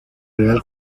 real